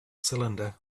cylinder